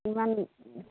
ইমান